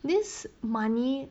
this money